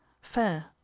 fair